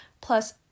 plus